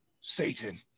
Satan